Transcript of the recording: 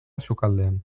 sukaldean